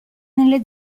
nelle